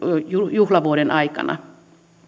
juhlavuoden aikana